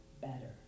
better